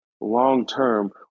long-term